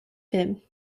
him